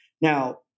Now